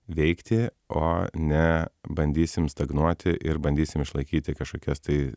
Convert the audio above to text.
veikti o ne bandysim stagnuoti ir bandysim išlaikyti kažkokias tai